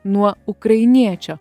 nuo ukrainiečio